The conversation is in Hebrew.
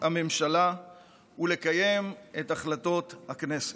הממשלה ולקיים את החלטות הכנסת.